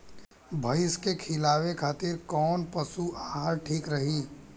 भैंस के खिलावे खातिर कोवन पशु आहार ठीक रही?